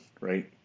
right